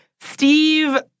Steve